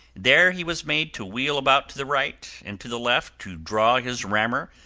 there he was made to wheel about to the right, and to the left, to draw his rammer,